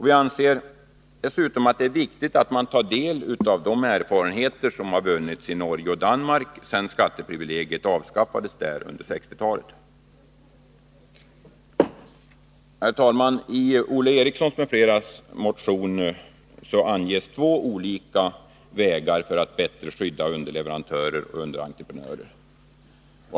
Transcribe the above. Vi anser dessutom att det är viktigt att man tar del av de erfarenheter som har vunnits i Norge och Danmark sedan skatteprivilegiet avskaffades där under 1960-talet. Herr talman! I motion 720 av Olle Eriksson m.fl. anges två olika vägar för att bättre skydda underleverantörer och underentreprenörer.